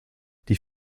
die